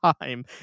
time